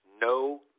no